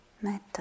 metta